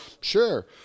sure